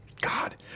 God